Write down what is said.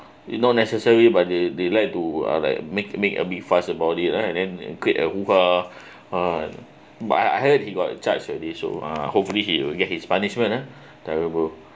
it not necessary but they they like to uh like make make a big fuss about it lah then and create a hu ha ha but I I heard he got charged already so uh hopefully he'll get his punishment ha terrible